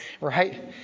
Right